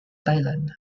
thailand